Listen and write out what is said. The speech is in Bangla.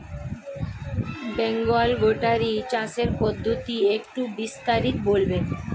বেঙ্গল গোটারি চাষের পদ্ধতি একটু বিস্তারিত বলবেন?